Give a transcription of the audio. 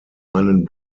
einen